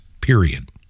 period